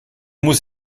muss